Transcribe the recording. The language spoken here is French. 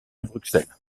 bruxelles